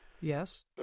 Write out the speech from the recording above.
Yes